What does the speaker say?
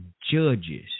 judges